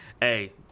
Hey